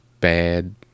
bad